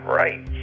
right